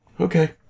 Okay